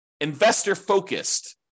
investor-focused